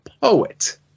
poet